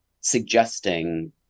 suggesting